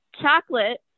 chocolate